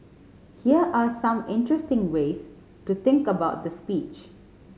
here are some interesting ways to think about the speech